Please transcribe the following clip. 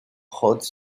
haute